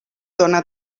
dóna